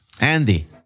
Andy